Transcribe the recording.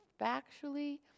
factually